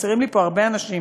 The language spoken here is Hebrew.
חסרים לי פה הרבה אנשים.